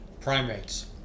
primates